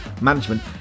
management